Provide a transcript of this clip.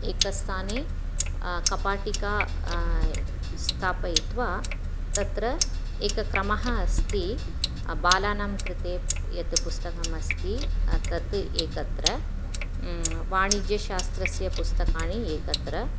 एकस्थाने कपाटिका स्थापयित्वा तत्र एकः क्रमः अस्ति बालानां कृते यत् पुस्तकमस्ति तत् एकत्र वाणिज्यशास्त्रस्य पुस्तकानि एकत्र